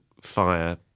fire